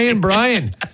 Brian